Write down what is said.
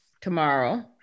tomorrow